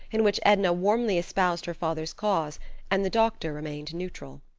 in which edna warmly espoused her father's cause and the doctor remained neutral.